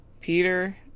Peter